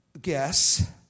guess